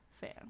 fan